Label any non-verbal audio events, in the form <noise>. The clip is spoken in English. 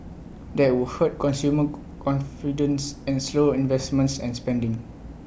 that would hurt consumer <unintelligible> confidence and slow investments and spending